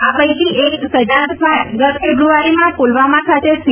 આ પૈકી એક સજાદ ફાટ ગત ફેબ્રઆરીમાં પુલવામાં ખાતે સી